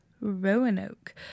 *Roanoke*